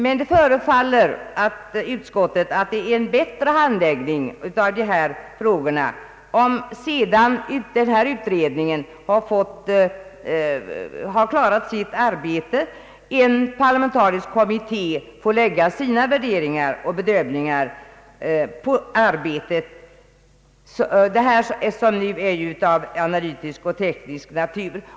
Men det förefaller utskottet bli en bättre handläggning av dessa frågor om, sedan utredningen klarat sitt arbete, en parlamentarisk kommitté får lägga fram sina värderingar och bedömningar på detta arbete, vilket är av analytisk och teknisk natur.